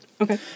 Okay